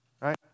Right